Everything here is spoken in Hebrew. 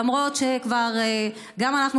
למרות שאנחנו,